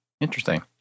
Interesting